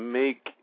make